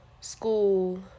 school